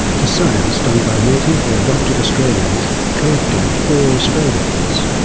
to science done by native or adoptive australians collecting for australians.